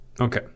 Okay